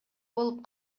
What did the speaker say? болуп